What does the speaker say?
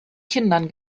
kindern